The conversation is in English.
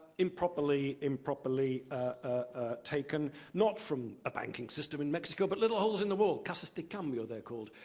improperly improperly ah taken, not from a banking system in mexico, but little holes in the whole. casas de cambio, they're called.